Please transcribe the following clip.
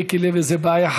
עם מיקי לוי זו בעיה.